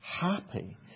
happy